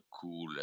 cool